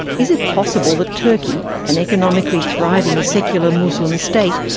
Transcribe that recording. is it possible that turkey, an economically thriving secular muslim state,